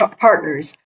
partners